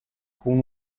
con